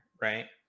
right